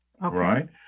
Right